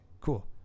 cool